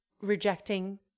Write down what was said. rejecting